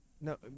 No